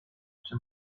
czy